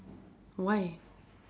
why